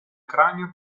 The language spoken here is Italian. cranio